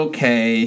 Okay